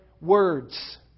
words